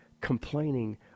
complaining